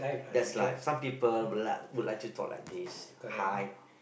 that's life some people would like would like to talk like this hi